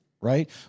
right